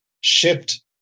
shipped